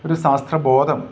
ഒരു ശാസ്ത്രബോധം